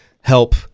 help